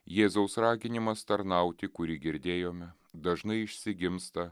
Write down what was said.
jėzaus raginimas tarnauti kurį girdėjome dažnai išsigimsta